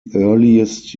earliest